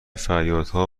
فریادها